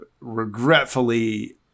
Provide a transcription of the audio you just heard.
regretfully